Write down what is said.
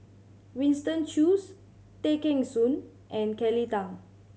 Winston Choos Tay Kheng Soon and Kelly Tang